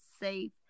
safe